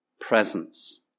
presence